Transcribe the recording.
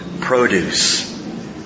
produce